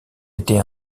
été